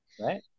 Right